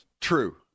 True